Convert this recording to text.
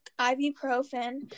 ibuprofen